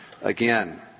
again